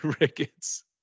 rickets